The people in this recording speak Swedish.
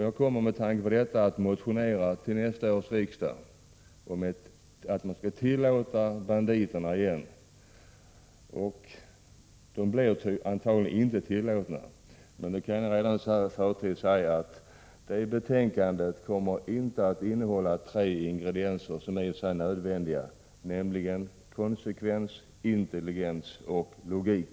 Jag kommer att motionera till nästa års riksdag att man skall tillåta spel på de enarmade banditerna igen. Det blir antagligen inte tillåtet, men då kan jag i förtid säga att betänkandet i frågan inte kommer att innehålla ingredienser som i och för sig är nödvändiga, nämligen konsekvens, intelligens och logik.